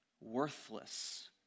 worthless